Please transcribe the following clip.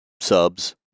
subs